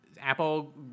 apple